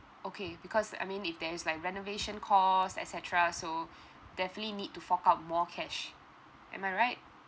okay because I mean if there is like renovation cost et cetera so definitely need to fork out more cash am I right